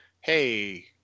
Hey